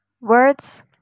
words